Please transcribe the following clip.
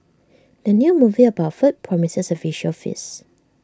the new movie about food promises A visual feast